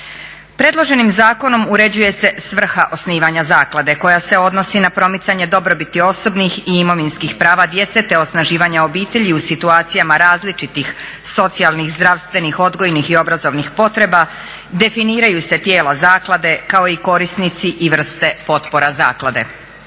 Predloženim zakonom uređuje se svrha osnivanja zaklade koja se odnosi na promicanje dobrobiti osobnih i imovinskih prava djece te osnaživanja obitelji u situacijama različitih socijalnih, zdravstvenih, odgojnih i obrazovnih potreba, definiraju se tijela zaklade kao i korisnici i vrste potpora zaklade.